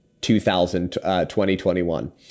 2021